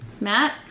Matt